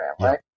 right